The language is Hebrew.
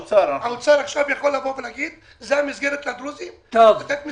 האוצר יכול לבוא עכשיו ולהגיד: זאת המסגרת לדרוזים --- אין בעיה.